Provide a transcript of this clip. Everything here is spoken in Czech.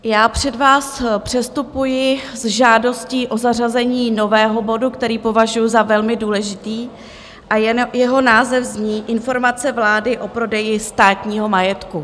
Já před vás předstupuji s žádostí o zařazení nového bodu, který považuji za velmi důležitý, a jeho název zní Informace vlády o prodeji státního majetku.